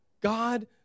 God